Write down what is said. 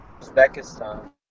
uzbekistan